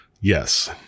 yes